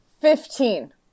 Fifteen